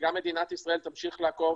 וגם מדינת ישראל תמשיך לעקוב